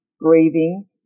breathing